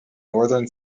northern